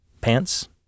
pants